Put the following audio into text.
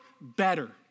better